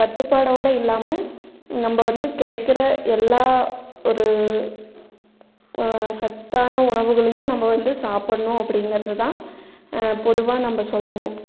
கட்டுப்பாடோடு இல்லாமல் நம்ம வந்து கிடைக்கிற எல்லா ஒரு சத்தான உணவுகளையும் நம்ம வந்து சாப்பிட்ணும் அப்டிங்கிறது தான் பொதுவாக நம்ம சொல்லணும்